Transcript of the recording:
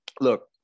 look